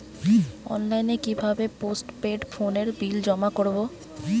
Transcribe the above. অনলাইনে কি ভাবে পোস্টপেড ফোনের বিল জমা করব?